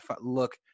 look